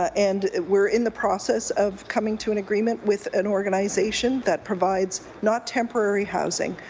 and we're in the process of coming to an agreement with an organization that provides not temporary housing,